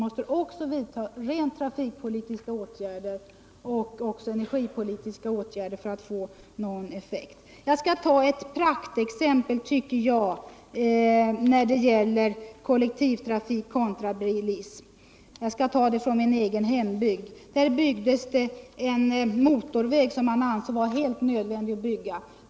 För att motverka privatbilismen måste man förutom den föreslagna höjningen också vidta rent trafikpolitiska men även energipolitiska åtgärder. Låt mig när det gäller kollektivtrafik kontra privatbilism ta ett praktexempel från min egen hembygd. Där byggdes en motorväg som ansågs vara helt nödvändig att bygga.